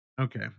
Okay